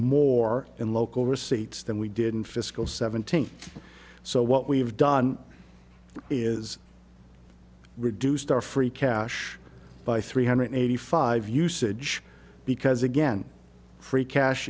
more in local receipts than we did in fiscal seventeen so what we've done is reduced our free cash by three hundred eighty five usage because again free cash